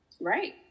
Right